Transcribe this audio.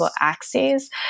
axes